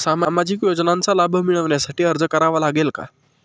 सामाजिक योजनांचा लाभ मिळविण्यासाठी अर्ज करावा लागेल का?